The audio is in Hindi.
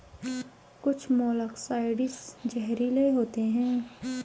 कुछ मोलॉक्साइड्स जहरीले होते हैं